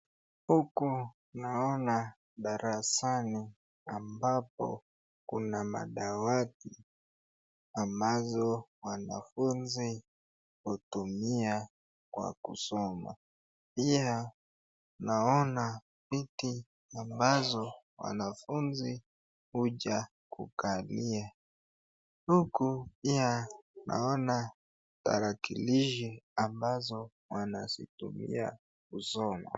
Huku naona darasani ambapo kuna madwati ambazo wanafunzi hutumia kwa kusoma ,pia naona viti ambazo wanafunzi huja kukalia ,huku pia naona tarakilishi ambazo wanazitumia kusoma.